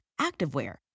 activewear